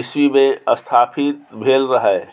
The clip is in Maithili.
इस्बी मे स्थापित भेल रहय